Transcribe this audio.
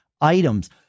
items